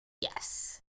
Yes